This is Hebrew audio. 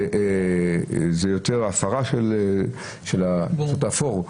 זה יותר הפרה של השוק האפור.